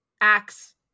acts